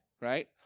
right